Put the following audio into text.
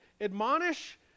admonish